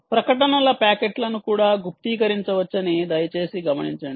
ప్రకటనల ప్యాకెట్లను కూడా గుప్తీకరించవచ్చని దయచేసి గమనించండి